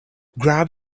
grab